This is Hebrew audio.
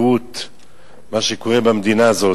ההפקרות ומה שקורה במדינה הזאת.